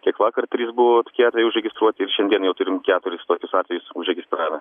tiek vakar trys buvo tokie atvejai užregistruoti ir šiandien jau turim keturis tokius atvejus užregistravę